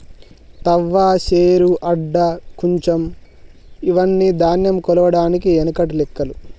తవ్వ, శేరు, అడ్డ, కుంచం ఇవ్వని ధాన్యం కొలవడానికి ఎనకటి లెక్కలు